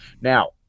Now